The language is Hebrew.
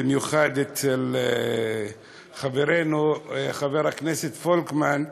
במיוחד אצל חברנו חבר הכנסת פולקמן,